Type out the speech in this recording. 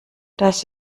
das